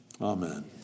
Amen